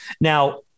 Now